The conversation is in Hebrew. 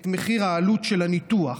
את העלות של הניתוח.